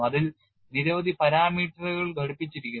അതിൽ നിരവധി പാരാമീറ്ററുകൾ ഘടിപ്പിച്ചിരിക്കുന്നു